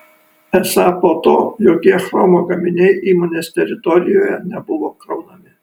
esą po to jokie chromo gaminiai įmonės teritorijoje nebuvo kraunami